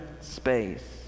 space